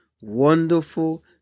wonderful